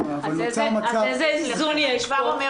אז איזה איזון יש פה?